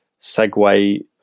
segue